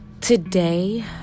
Today